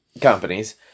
companies